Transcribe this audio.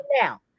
now